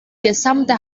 gesamte